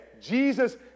Jesus